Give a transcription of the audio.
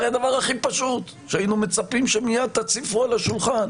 זה הרי הדבר הכי פשוט שהיינו מצפים שמיד תציפו על השולחן,